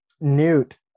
Newt